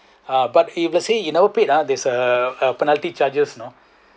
ah but if let's say you never paid ah there's uh a penalty charges you know